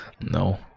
No